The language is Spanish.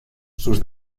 sus